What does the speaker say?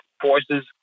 forces